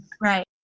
Right